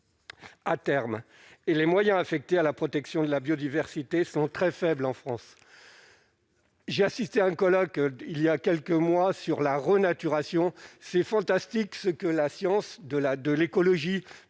à terme et les moyens affectés à la protection de la biodiversité sont très faibles en France. J'ai assisté à un colloque, il y a quelques mois sur la renaturation c'est fantastique ce que la science de la, de l'écologie